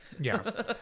Yes